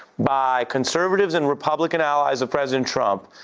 by conservatives and republican allies of president trump.